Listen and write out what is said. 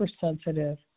hypersensitive